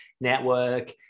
network